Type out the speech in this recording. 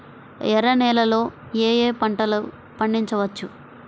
ఎర్ర నేలలలో ఏయే పంటలు పండించవచ్చు?